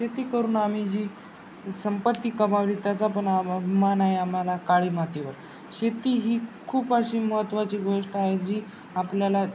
शेती करून आम्ही जी संपत्ती कमावली त्याचा पण आभ अभिमान आहे आम्हाला काळी मातीवर शेती ही खूप अशी महत्त्वाची गोष्ट आहे जी आपल्याला